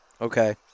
Okay